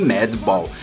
Madball